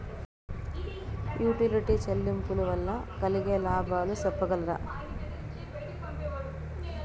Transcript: Utility చెల్లింపులు వల్ల కలిగే లాభాలు సెప్పగలరా?